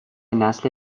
نسل